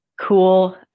cool